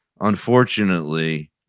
unfortunately